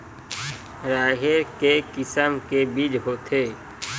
राहेर के किसम के बीज होथे?